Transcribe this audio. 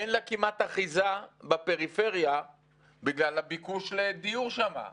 אין לה כמעט אחיזה בפריפריה בגלל הביקוש לדיור שם.